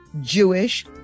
Jewish